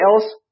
else